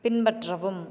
பின்பற்றவும்